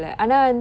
mm